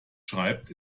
schreibt